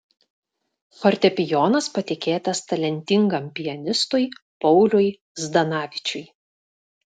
fortepijonas patikėtas talentingam pianistui pauliui zdanavičiui